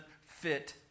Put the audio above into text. fit